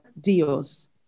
Dios